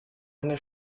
eine